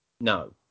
No